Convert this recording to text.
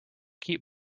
keep